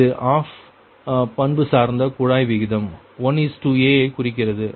இது ஆஃப் பண்புசார்ந்த குழாய் விகிதம் 1a ஐ குறிக்கிறது